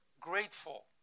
grateful